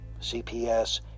CPS